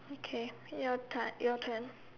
okay your turn your turn